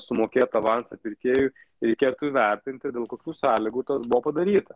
sumokėtą avansą pirkėjui reikėtų įvertinti dėl kokių sąlygų tas buvo padaryta